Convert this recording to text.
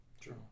True